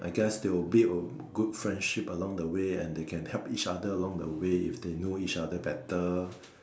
I guess they will build a good friendship along the way and they can help each other along the way if they know each other better